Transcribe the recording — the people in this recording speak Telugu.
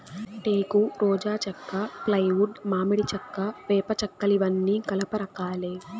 టేకు, రోజా చెక్క, ఫ్లైవుడ్, మామిడి చెక్క, వేప చెక్కఇవన్నీ కలప రకాలే